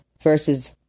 versus